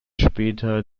später